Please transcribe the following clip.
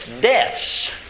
deaths